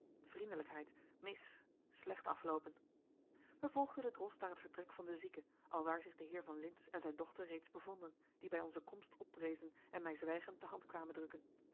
een lam geen koorts erger zwakte vriendelijkheid mis slecht afloopen wij volgden den drost naar het vertrek van den zieke alwaar zich de heer van lintz en zijn dochter reeds bevonden die bij onze komst oprezen en mij zwijgend de hand kwamen drukken